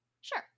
Sure